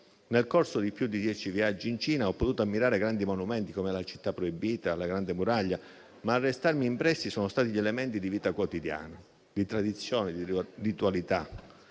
Nel corso di più di dieci viaggi in Cina ho potuto ammirare grandi monumenti, come la Città proibita e la Grande muraglia, ma a restarmi impressi sono stati gli elementi di vita quotidiana, tradizioni e ritualità